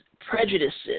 prejudices